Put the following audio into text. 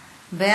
התנגדת?